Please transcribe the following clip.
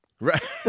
Right